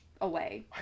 away